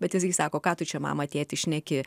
bet jisai sako ką tu čia mamą tėtį šneki